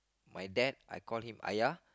my dad I call him ayah